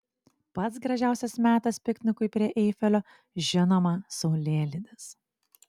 pats gražiausias metas piknikui prie eifelio žinoma saulėlydis